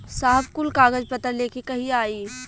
साहब कुल कागज पतर लेके कहिया आई?